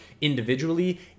individually